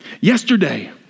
Yesterday